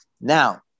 Now